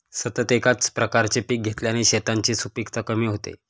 सतत एकाच प्रकारचे पीक घेतल्याने शेतांची सुपीकता कमी होते